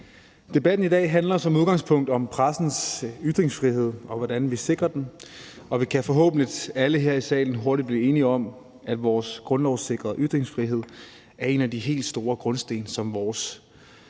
Debatten i dag handler som udgangspunkt om pressens ytringsfrihed og hvordan vi sikrer den, og vi kan forhåbentlig alle her i salen hurtigt blive enige om, at vores grundlovssikrede ytringsfrihed er en af de helt store grundstene, som vi